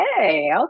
Hey